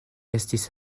estis